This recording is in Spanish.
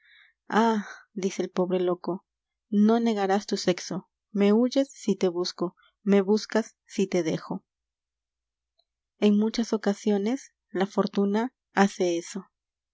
h dice el pobre loco no negarás tu sexo me huyes si te busco me buscas si te dejo e n muchas ocasiones la fortuna hace eso